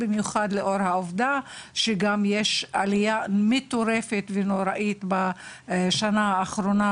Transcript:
במיוחד לאור העובדה שיש עליית מחירים מטורפת בשנה האחרונה.